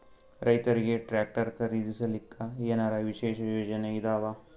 ರೈತರಿಗೆ ಟ್ರಾಕ್ಟರ್ ಖರೀದಿಸಲಿಕ್ಕ ಏನರ ವಿಶೇಷ ಯೋಜನೆ ಇದಾವ?